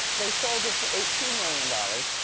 they sold it for eighteen million dollars.